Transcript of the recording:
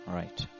right